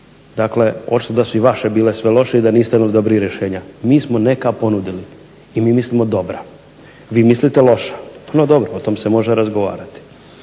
Dakle očito da su i vaše bile sve loše i da niste imali dobrih rješenja. Mi smo neka ponudili i mi mislimo dobra. Vi mislite loša. No dobro, o tom se može razgovarati.